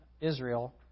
Israel